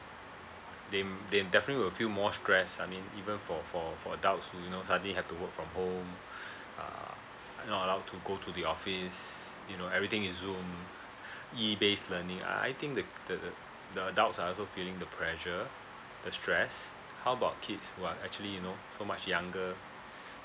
they they definitely will feel more stress I mean even for for for adults who you know suddenly have to work from home err not allowed to go to the office you know everything is zoom E based learning uh I think the the the the adults are also feeling the pressure the stress how about kids who are actually you know so much younger